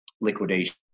liquidation